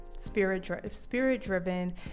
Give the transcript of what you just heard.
spirit-driven